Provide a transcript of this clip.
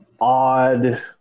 odd